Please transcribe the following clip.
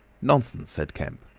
nonsense, said kemp.